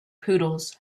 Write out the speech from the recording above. poodles